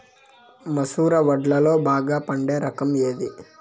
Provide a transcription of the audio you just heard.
మసూర వడ్లులో బాగా పండే రకం ఏది?